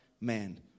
man